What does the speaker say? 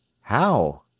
How